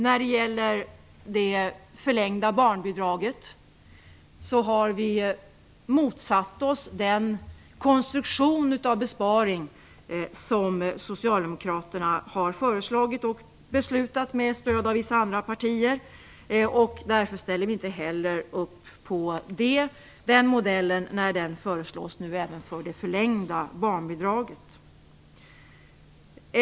När det gäller det förlängda barnbidraget har vi motsatt oss den konstruktion av besparing som Socialdemokraterna har föreslagit och beslutat med stöd av vissa andra partier. Därför ställer vi inte heller upp på den modellen när den nu föreslås även för det förlängda barnbidraget.